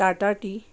Tata T